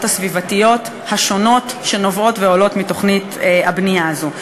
הסביבתיות השונות שנובעות ועולות מתוכנית הבנייה הזאת.